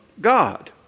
God